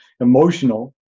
Emotional